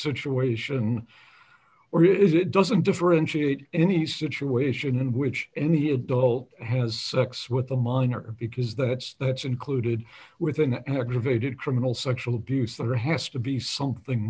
situation or is it doesn't differentiate any situation in which any adult has with a minor because that's that's included with an aggravated criminal sexual abuse there has to be something